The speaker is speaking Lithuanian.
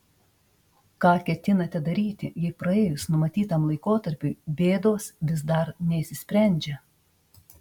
ką ketinate daryti jei praėjus numatytam laikotarpiui bėdos vis dar neišsisprendžia